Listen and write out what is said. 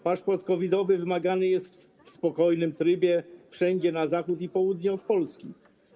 Paszport COVID-owy wymagany jest w spokojnym trybie wszędzie na zachód i południe od Polski.